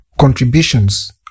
contributions